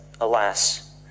alas